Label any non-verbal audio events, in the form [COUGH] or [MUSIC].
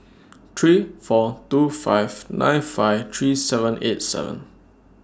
[NOISE] three four two five nine five three seven eight seven